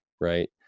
right